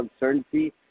uncertainty